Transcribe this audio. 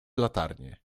latarnię